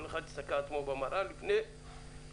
כל אחד יסתכל על עצמו במראה לפני שהוא